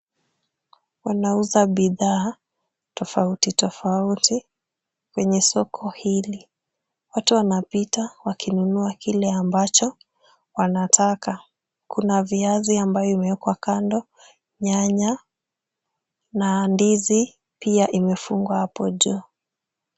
Wanauza bidhaa tofauti tofauti kwenye soko hili. Watu wanapita wakinunua kile ambacho wanataka. Kuna viazi ambayo imewekwa kando, nyanya na ndizi pia imefungwa hapo juu.